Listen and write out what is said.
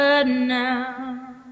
now